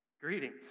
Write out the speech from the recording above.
Greetings